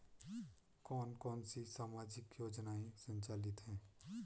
कौन कौनसी सामाजिक योजनाएँ संचालित है?